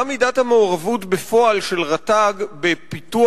מה מידת המעורבות בפועל של רשות הטבע והגנים בפיתוח,